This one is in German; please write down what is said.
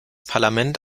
parlament